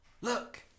Look